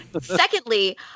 Secondly